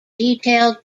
detailed